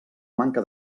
manca